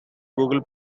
google